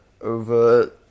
over